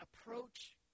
approach